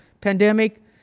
pandemic